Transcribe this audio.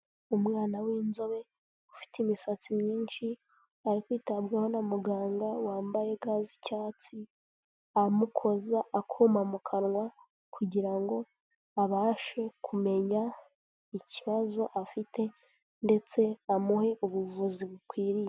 Umwana w'inzobe, ufite imisatsi myinshi ari kwitabwaho na muganga wambaye ga z'icyatsi, amukoza akuma mukanwa kugira ngo abashe kumenya ikibazo afite ndetse amuhe ubuvuzi bukwiriye.